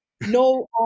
no